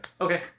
Okay